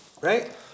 Right